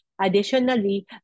Additionally